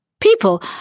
People